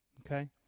Okay